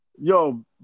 Yo